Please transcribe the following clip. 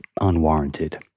unwarranted